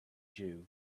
jew